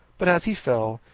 but as he fell,